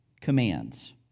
commands